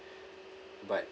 but